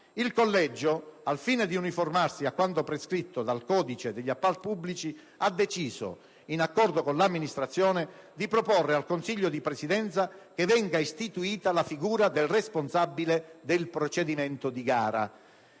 Il Collegio, al fine di uniformarsi a quanto prescritto dal codice degli appalti pubblici, ha deciso - in accordo con l'amministrazione - di proporre al Consiglio di Presidenza che venga istituita la figura del responsabile del procedimento di gara.